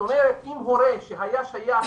אם הורה שהיה שייך